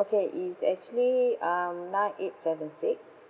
okay it's actually um nine eight seven six